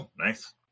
Nice